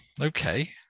Okay